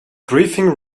briefing